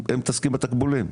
הם מתעסקים בתקבולים.